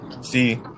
See